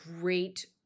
great